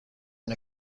and